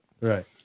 Right